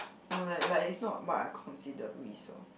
no leh like is not what I consider risk orh